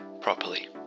Properly